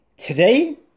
Today